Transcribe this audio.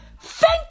thank